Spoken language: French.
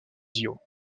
diois